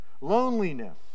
Loneliness